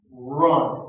run